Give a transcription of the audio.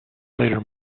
later